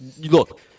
look